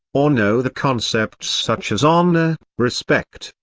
or know the concepts such as honour, respect,